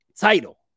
title